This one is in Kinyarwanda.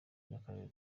cy’akarere